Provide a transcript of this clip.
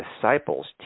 disciples